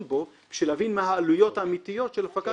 בו בשביל להבין מה העלויות האמיתיות של הפקת רשומה.